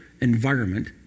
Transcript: environment